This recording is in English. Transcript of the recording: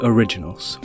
Originals